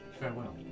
Farewell